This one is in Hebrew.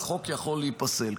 והחוק יכול להיפסל.